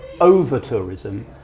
over-tourism